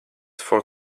four